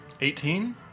18